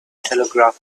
telegraph